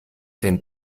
den